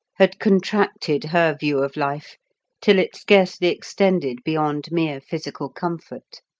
had contracted her view of life till it scarcely extended beyond mere physical comfort.